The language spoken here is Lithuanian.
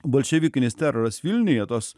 bolševikinis teroras vilniuje tos